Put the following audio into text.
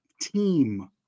team